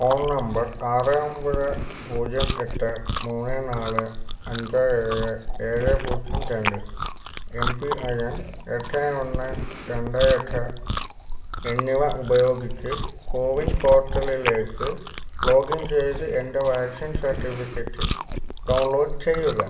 phone number ആറ് ഒമ്പത് പൂജ്യം എട്ട് മൂന്ന് നാല് അഞ്ച് ഏഴ് ഏഴ് പൂജ്യം രണ്ട് എം പി ഐ എൻ എട്ട് ഒന്ന് രണ്ട് എട്ട് എന്നിവ ഉപയോഗിച്ച് കോ വിൻ പോർട്ടലിലേക്ക് ലോഗിൻ ചെയ്ത് എൻ്റെ വാക്സിൻ സർട്ടിഫിക്കറ്റ് ഡൗൺലോഡ് ചെയ്യുക